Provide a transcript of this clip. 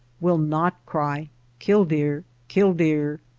will not cry kill-deer! kill-deer!